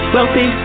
Wealthy